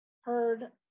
heard